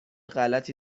غلطی